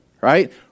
right